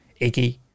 Iggy